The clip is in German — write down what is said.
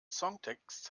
songtext